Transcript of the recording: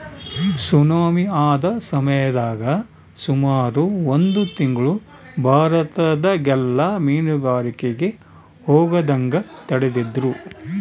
tsunami ಆದ ಸಮಯದಾಗ ಸುಮಾರು ಒಂದು ತಿಂಗ್ಳು ಭಾರತದಗೆಲ್ಲ ಮೀನುಗಾರಿಕೆಗೆ ಹೋಗದಂಗ ತಡೆದಿದ್ರು